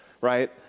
right